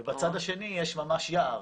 ובצד השני יש ממש יער,